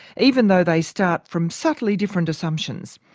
even though they start from subtly different assumptions.